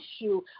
issue